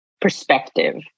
perspective